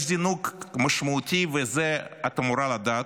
יש זינוק משמעותי, ואת זה את אמורה לדעת,